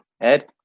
Ed